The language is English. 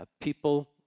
People